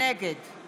נגד